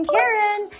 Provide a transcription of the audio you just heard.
Karen